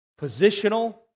positional